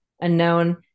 unknown